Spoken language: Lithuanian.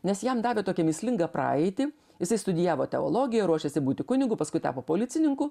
nes jam davė tokią mįslingą praeitį jisai studijavo teologiją ruošėsi būti kunigu paskui tapo policininku